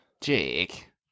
Jake